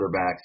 quarterbacks